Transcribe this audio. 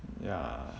ya